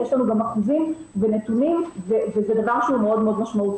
יש לנו גם נתונים וזה דבר שהוא מאוד משמעותי.